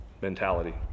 mentality